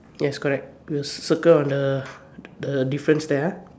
yes correct we will circle on the the difference there ah